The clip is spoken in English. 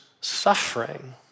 suffering